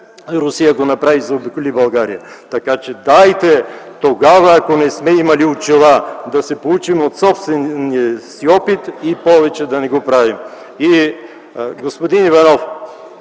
Русия го направи и заобиколи България. Така че дайте, тогава ако не сме имали очила, да се поучим от собствения си опит и повече да не го правим! Господин Иванов,